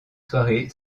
soirées